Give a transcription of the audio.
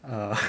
err